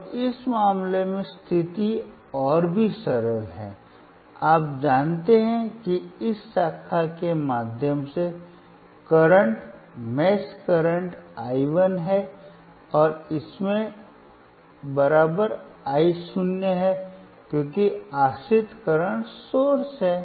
अब इस मामले में स्थिति और भी सरल है आप जानते हैं कि इस शाखा के माध्यम से करंट मेश करंट i1 है और इसमें i0 है क्योंकि आश्रित करंट सोर्स है